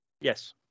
Yes